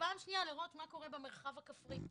ופעם שנייה לראות מה קורה במרחב הכפרי.